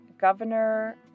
Governor